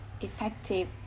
effective